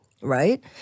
right